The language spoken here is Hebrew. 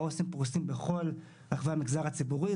העו"סים פרוסים בכל רחבי המגזר הציבורי.